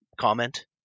comment